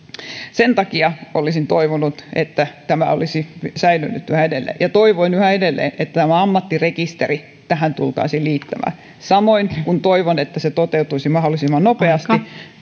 sen takia olisin toivonut että tämä olisi säilynyt yhä edelleen ja toivon yhä edelleen että tämä ammattirekisteri tähän tultaisiin liittämään samoin toivon että tämä kiinteistörekisteri toteutuisi mahdollisimman nopeasti